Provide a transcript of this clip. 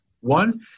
One